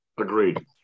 Agreed